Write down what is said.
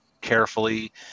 carefully